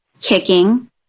kicking